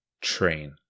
Train